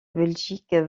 belgique